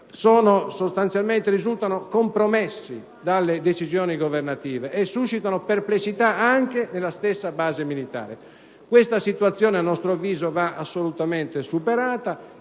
sostanzialmente compresso dalle decisioni governative e suscitano perplessità anche nella stessa base militare. Questa situazione, a nostro avviso, va assolutamente superata.